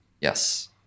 Yes